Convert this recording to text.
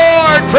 Lord